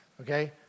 okay